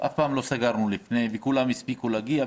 אף פעם לא סגרנו לפני כן וכולם הספיקו להגיע.